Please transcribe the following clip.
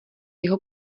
jeho